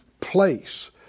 place